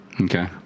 Okay